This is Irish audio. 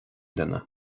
duine